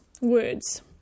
words